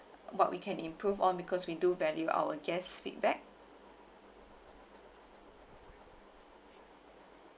what we can improve on because we do value our guests' feedback